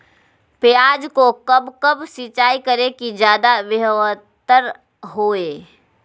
प्याज को कब कब सिंचाई करे कि ज्यादा व्यहतर हहो?